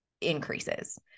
increases